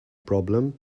problem